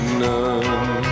none